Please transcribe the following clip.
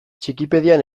txikipedian